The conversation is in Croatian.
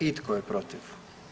I tko je protiv?